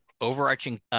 overarching